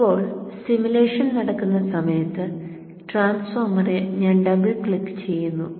ഇപ്പോൾ സിമുലേഷൻ നടക്കുന്ന സമയത്ത് ട്രാൻസ്ഫോർമറിൽ ഞാൻ ഡബിൾ ക്ലിക്ക് ചെയ്യുന്നു